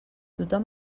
tothom